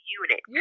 unit